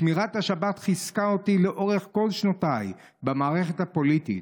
שמירת השבת חיזקה אותי לאורך כל שנותיי במערכת הפוליטית.